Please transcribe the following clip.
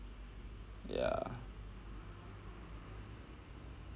ya